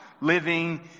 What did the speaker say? living